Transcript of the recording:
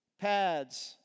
pads